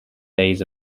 days